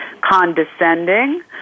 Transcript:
condescending